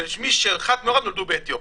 ומי שאחד מהוריו נולד באתיופיה".